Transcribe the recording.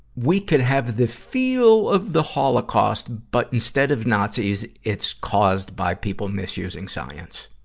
we could have the feel of the holocaust, but instead of nazis, it's caused by people misusing science?